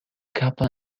kaplan